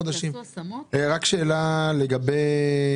השאלה מה אנחנו עושים.